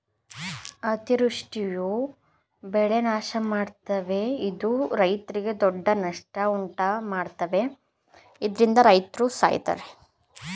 ಅತಿವೃಷ್ಟಿಯು ಬೆಳೆ ನಾಶಮಾಡ್ತವೆ ಇದು ರೈತ್ರಿಗೆ ದೊಡ್ಡ ನಷ್ಟ ಉಂಟುಮಾಡ್ತದೆ ಇದ್ರಿಂದ ರೈತ್ರು ಸಾಯ್ತರೆ